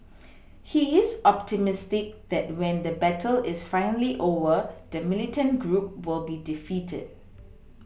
he is optimistic that when the battle is finally over the militant group will be defeated